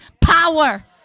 power